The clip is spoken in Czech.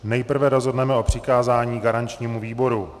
Nejprve rozhodneme o přikázání garančnímu výboru.